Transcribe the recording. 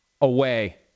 away